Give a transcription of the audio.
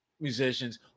musicians